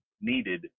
needed